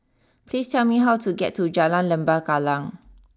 please tell me how to get to Jalan Lembah Kallang